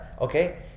okay